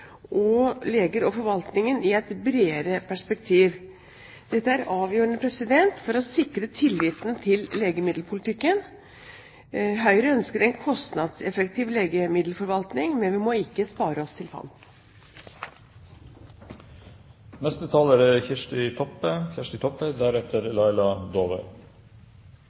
leger og forvaltningen i et bredere perspektiv. Dette er avgjørende for å sikre tilliten til legemiddelpolitikken. Høyre ønsker en kostnadseffektiv legemiddelforvaltning, men vi må ikke spare oss til fant. Legemiddel er